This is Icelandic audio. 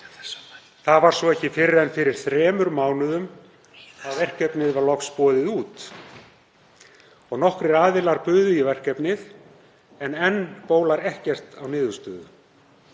Það var svo ekki fyrr en fyrir þremur mánuðum að verkefnið var loks boðið út. Nokkrir aðilar buðu í verkefnið en enn bólar ekkert á niðurstöðu.